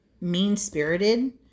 mean-spirited